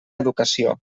educació